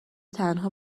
تنها